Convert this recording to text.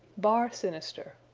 bar sinister.